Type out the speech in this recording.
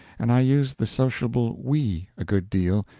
and i used the sociable we a good deal,